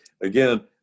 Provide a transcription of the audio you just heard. again